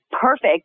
perfect